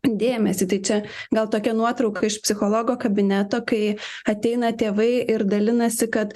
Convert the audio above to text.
dėmesį tai čia gal tokia nuotrauka iš psichologo kabineto kai ateina tėvai ir dalinasi kad